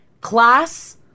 class